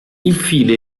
infine